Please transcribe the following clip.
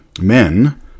Men